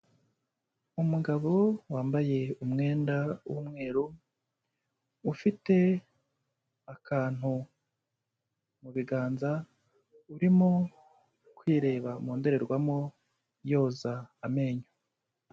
Umugabo wambaye umwenda w'umweru ufite akantu mu biganza urimo kwireba mu ndorerwamo yoza amenyo.